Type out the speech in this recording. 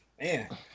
Man